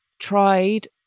tried